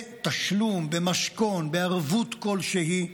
בתשלום, במשכון, בערבות כלשהי.